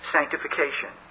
Sanctification